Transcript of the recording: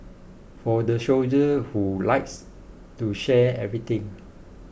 for the soldier who likes to share everything